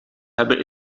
hebben